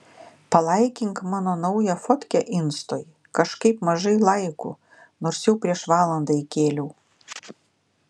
palaikink mano naują fotkę instoj kažkaip mažai laikų nors jau prieš valandą įkėliau